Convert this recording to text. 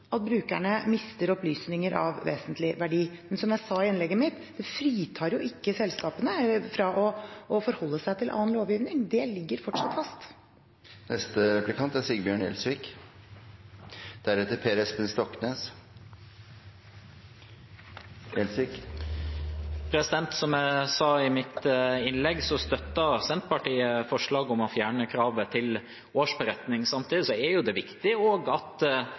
at brukerne mister opplysninger av vesentlig verdi. Men som jeg sa i innlegget mitt, fritar det ikke selskapene fra å forholde seg til annen lovgivning. Det ligger fortsatt fast. Som jeg sa i mitt innlegg, støtter Senterpartiet forslaget om å fjerne kravet til årsberetning. Samtidig er det viktig at små foretak fortsatt ivaretar hensynet til samfunnsansvar. Jeg vil be statsråden nok en gang bekrefte at